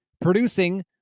producing